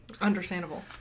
understandable